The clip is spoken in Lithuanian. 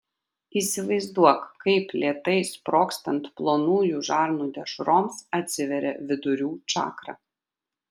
įsivaizduok kaip lėtai sprogstant plonųjų žarnų dešroms atsiveria vidurių čakra